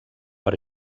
per